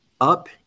up